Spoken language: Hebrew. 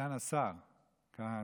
סגן השר כהנא,